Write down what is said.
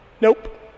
Nope